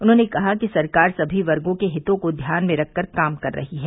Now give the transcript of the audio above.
उन्होंने कहा कि सरकार सभी वर्गो के हितों को ध्यान में रखकर काम कर रही है